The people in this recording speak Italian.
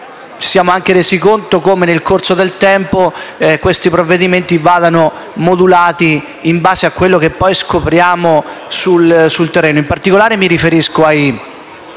siamo resi conto di come, nel corso del tempo, questi provvedimenti vadano modulati in base a quello che poi scopriamo sul terreno. In particolare, mi riferisco alle